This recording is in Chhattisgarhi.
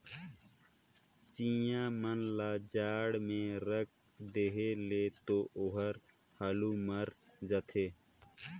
चिंया मन ल जाड़ में राख देहे ले तो ओहर हालु मइर जाथे